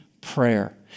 Prayer